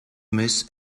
miss